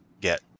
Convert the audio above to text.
get